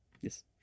yes